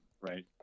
Right